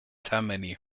tammany